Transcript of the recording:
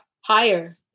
higher